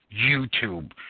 YouTube